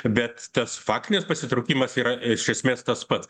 bet tas faktinis pasitraukimas yra iš esmės tas pat